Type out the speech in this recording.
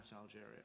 Algeria